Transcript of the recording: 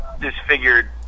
disfigured